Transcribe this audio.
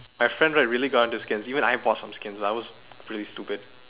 my friend right really got into skins even I bought some skins I was really stupid